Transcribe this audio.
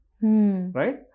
Right